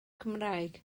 cymraeg